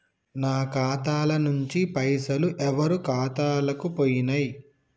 నా ఖాతా ల నుంచి పైసలు ఎవరు ఖాతాలకు పోయినయ్?